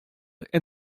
and